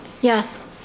Yes